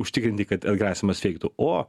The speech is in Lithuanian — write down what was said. užtikrinti kad atgrasymas veiktų o